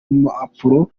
mpapuro